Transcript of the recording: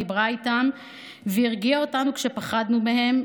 דיברה איתם והרגיעה אותנו כשפחדנו מהם,